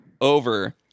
over